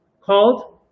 called